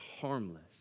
harmless